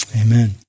amen